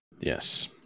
Yes